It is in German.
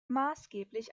maßgeblich